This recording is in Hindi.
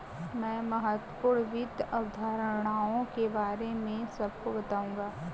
मैं महत्वपूर्ण वित्त अवधारणाओं के बारे में सबको बताऊंगा